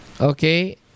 okay